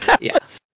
Yes